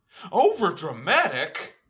Overdramatic